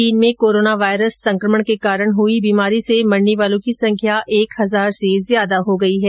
चीन में corona virus संकमण के कारण हुई बीमारी से मरने वालों की संख्या एक हजार से ज्यादा हो गई है